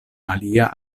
alia